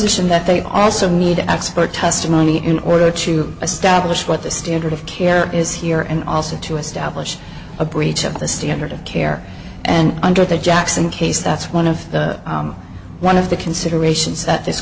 position that they also need expert testimony in order to assess dabbous what the standard of care is here and also to establish a breach of the standard of care and under the jackson case that's one of the one of the considerations that this